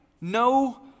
no